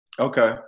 Okay